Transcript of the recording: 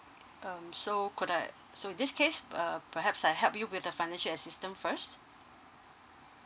um so could uh so in this case uh perhaps I help you with the financial assistance first